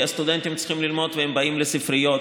כי הסטודנטים צריכים ללמוד והם באים לספריות.